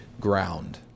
ground